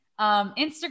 Instagram